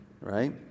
Right